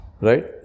Right